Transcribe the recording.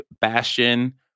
Bastion